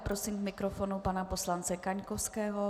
Prosím k mikrofonu pana poslance Kaňkovského.